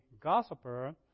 gossiper